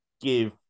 give